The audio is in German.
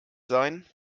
sein